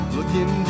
Looking